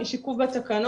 יש עיכוב בתקנות,